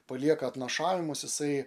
palieka atnašavimus jisai